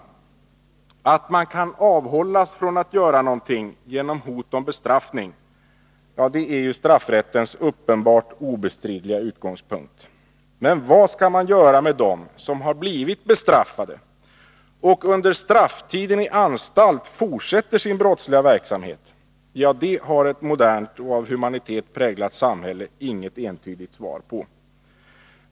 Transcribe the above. Att man kan avhållas från att göra någonting genom hot om bestraffning är straffrättens uppenbart obestridliga utgångspunkt. Men vad skall man göra med dem som har blivit bestraffade och under strafftiden i anstalt fortsätter sin brottsliga verksamhet? Det har ett modernt och av humanitet präglat samhälle inget entydigt svar på.